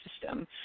system